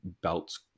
belts